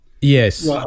Yes